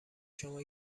شما